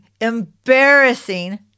embarrassing